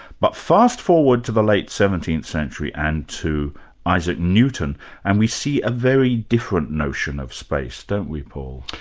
but fast-forward to the late seventeenth century and to isaac newton and we see a very different notion of space, don't we, paul?